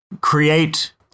create